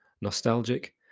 nostalgic